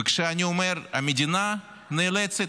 וכשאני אומר "המדינה נאלצת",